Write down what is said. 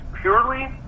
purely